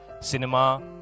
cinema